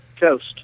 Coast